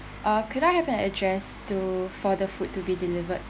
uh could I have an address to for the food to be delivered